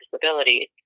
Disabilities